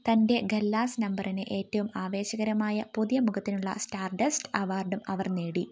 തന്റെ ഖല്ലാസ് നമ്പറിന് ഏറ്റവും ആവേശകരമായ പുതിയ മുഖത്തിനുള്ള സ്റ്റാർഡസ്റ്റ് അവാർഡും അവർ നേടി